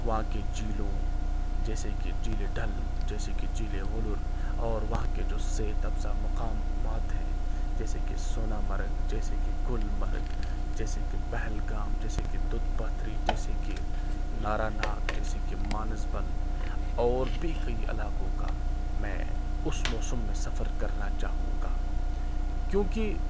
وہاں کی جھیلوں جیسے کہ جھیلِ ڈل جیسے کہ جھیلِ ولر اور وہاں کے جو صحت افزا مقامات ہیں جیسے کہ سونا مرگ جیسے کہ گل مرگ جیسے کہ پہل گام جیسے کہ ددپتھری جیسے کہ نارا ناگ جیسے کہ مانسل بل اور بھی کئی علاقوں کا میں اس موسم میں سفر کرنا چاہوں گا کیونکہ